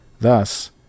Thus